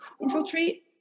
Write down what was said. infiltrate